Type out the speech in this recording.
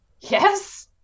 yes